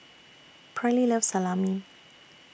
Perley loves Salami